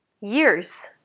years